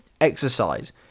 Exercise